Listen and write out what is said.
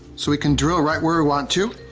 so we can drill right where we want to.